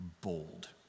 bold